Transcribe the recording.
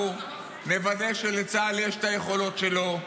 אנחנו נוודא שלצה"ל יש את היכולות שלו,